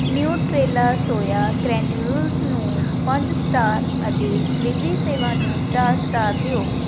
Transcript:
Nutrela soya granules ਨੂੰ ਪੰਜ star ਅਤੇ ਡਿਲੀਵਰੀ ਸੇਵਾ ਨੂੰ ਚਾਰ ਸਟਾਰ ਦਿਓ